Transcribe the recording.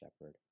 shepherd